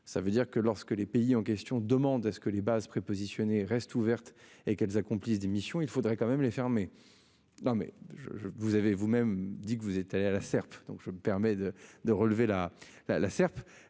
Ça veut dire que lorsque les pays en question demande à ce que les bases prépositionnées reste ouverte et qu'elles accomplissent des missions, il faudrait quand même les fermer. Non mais je vous avez vous-même dit que vous êtes allés à la serpe. Donc je me permets de, de relever la la